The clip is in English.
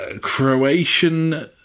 Croatian